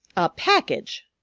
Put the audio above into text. a package!